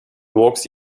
walks